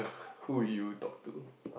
who would you talk to